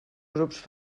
grups